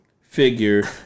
figure